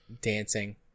Dancing